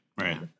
right